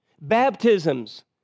baptisms